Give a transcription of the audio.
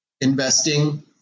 investing